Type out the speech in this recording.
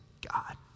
God